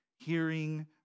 Hearing